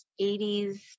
80s